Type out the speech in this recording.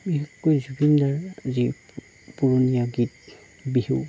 বিশেষকৈ জুবিনদাৰ যি পুৰণিয়া গীত বিহু